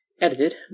Edited